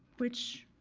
which